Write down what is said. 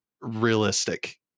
realistic